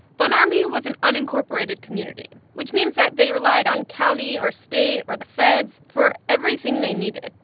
von ormy was an unincorporated community, which means that they relied on county or state or the feds for everything they needed.